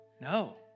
No